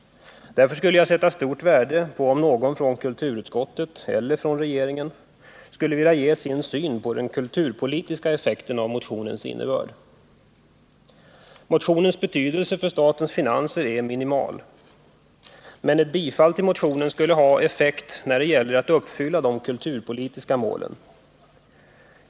Därför skulle jag sätta stort värde på om någon från kulturutskottet eller från regeringen här gav sin syn på den kulturpolitiska effekten av motionens innebörd. Motionens betydelse för statens finanser är minimal. Men ett bifall till motionen skulle få effekt när det gäller att uppfylla de kulturpolitiska målen.